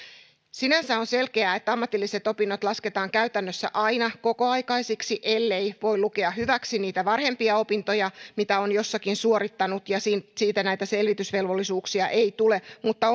sinänsä on selkeää että ammatilliset opinnot lasketaan käytännössä aina kokoaikaisiksi ellei voi lukea hyväksi niitä varhempia opintoja mitä on jossakin suorittanut ja siitä näitä selvitysvelvollisuuksia ei tule mutta